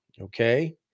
okay